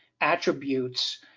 attributes